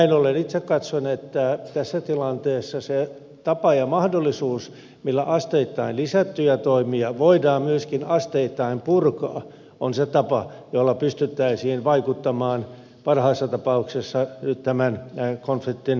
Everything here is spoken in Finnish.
näin ollen itse katson että tässä tilanteessa se tapa ja mahdollisuus millä asteittain lisättyjä toimia voidaan myöskin asteittain purkaa on se tapa jolla pystyttäisiin vaikuttamaan parhaassa tapauksessa nyt tämän konfliktin ratkaisuun